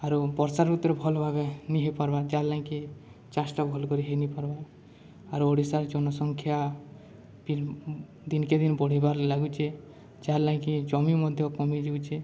ଆରୁ ବର୍ଷା ଋତୁରେ ଭଲ ଭାବେ ନି ହେଇପାର୍ବା ଯାହାଲାଗ୍ କିି ଚାଷଟା ଭଲ କରି ହେଇ ନି ପାର୍ବା ଆରୁ ଓଡ଼ିଶାର ଜନସଂଖ୍ୟା ଦିନକେ ଦିନ ବଢ଼ିବାର ଲାଗୁଛେ ଯାହାଲାଗି କି ଜମି ମଧ୍ୟ କମି ଯାଉଛେ